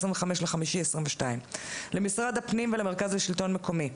25 במאי 2022. למשרד הפנים ולמרכז לשלטון מקומי,